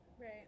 Right